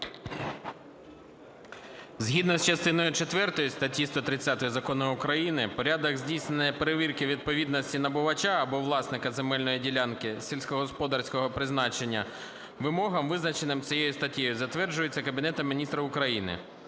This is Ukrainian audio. Згідно з частиною четвертою статті 130 закону України порядок здійснення перевірки відповідності набувача або власника земельної ділянки сільськогосподарського призначення вимогам, визначеним цією статтею, затверджується Кабінетом Міністрів України.